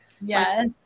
Yes